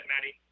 Maddie